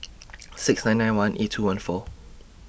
six nine nine one eight two one four